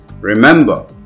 remember